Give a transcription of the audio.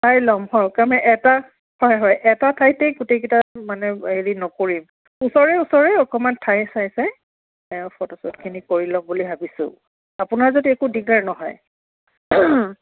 চাই ল'ম হ'ল এটা হয় হয় এটা ঠাইতে মানে গোটেইকেইটা মানে হেৰি নকৰিম ওচৰে ওচৰে অকণমান ঠাই চাই চাই ফ'ট'শ্বুটখিনি কৰি ল'ম বুলি ভাবিছোঁ আপোনাৰ যদি একো দিগদাৰ নহয়